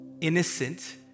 innocent